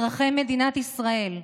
אזרחי מדינת ישראל,